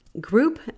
group